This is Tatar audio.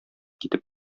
китеп